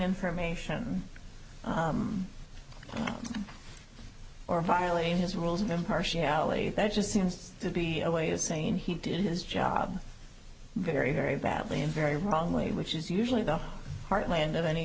information or violating his rules of impartiality that just seems to be a way of saying he did his job very very badly and very wrongly which is usually the heartland of any